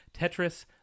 Tetris